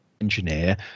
engineer